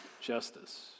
justice